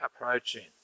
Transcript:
approaching